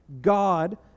God